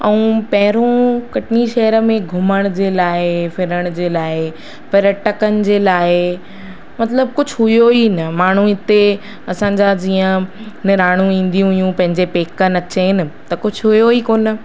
ऐं पहिरों कटनी शहर में घुमण जे लाइ फ़िरण जे लाइ पर्यटकनि जे लाइ मतिलबु कुझु हुयो ई न माण्हू हिते असांजा जीअं निराणूं ईंदियूं हुयूं पंहिंजे पेके अचनि त कुझु हुयोनि ई कोन